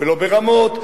ולא ברמות,